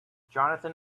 johnathan